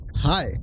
hi